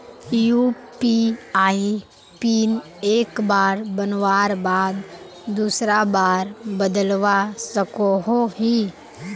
UPI PIN एक बार बनवार बाद दूसरा बार बदलवा सकोहो ही?